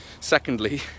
Secondly